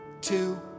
two